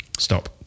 stop